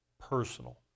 Personal